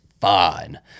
fine